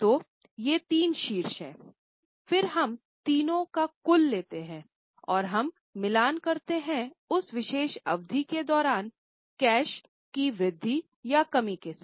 तो ये तीन शीर्षक हैं फिर हम तीनों का कुल लेते हैं और हम मिलान करते हैं उस विशेष अवधि के दौरान कैश की वृद्धि या कमी के साथ